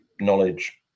knowledge